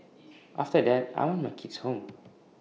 after that I want my kids home